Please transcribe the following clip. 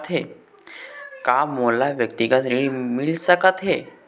का मोला व्यक्तिगत ऋण मिल सकत हे?